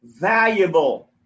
valuable